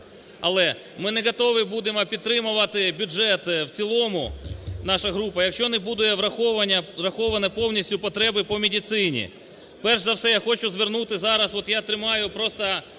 але ми готові будемо підтримувати бюджет в цілому, наша група, якщо не будуть враховані повністю потреби по медицині. Перш за все я хочу звернути зараз, от я тримаю просто